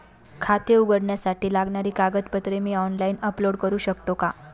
खाते उघडण्यासाठी लागणारी कागदपत्रे मी ऑनलाइन अपलोड करू शकतो का?